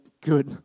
good